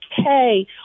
okay